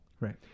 right